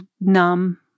numb